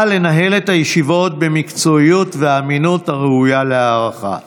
לנהל את הישיבות במקצועיות ובאמינות הראויה להערכה.